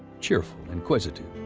cheerful, inquisitive,